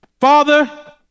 Father